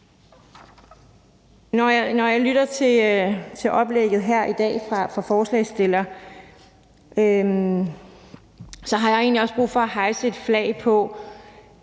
Når jeg lytter til oplægget her i dag fra ordføreren for forslagsstillerne, har jeg egentlig også brug for at hejse det flag,